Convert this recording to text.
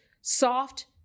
soft